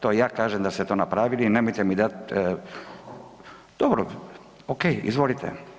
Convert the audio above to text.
To ja kažem da ste to napravili i nemojte mi dati, dobro, ok, izvolite.